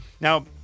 Now